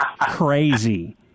crazy